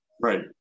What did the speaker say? Right